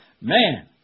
Man